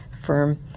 firm